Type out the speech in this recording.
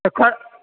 एकर